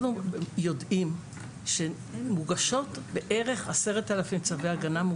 אנחנו יודעים שמוגשים בערך 10,000 צווי הגנה.